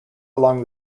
along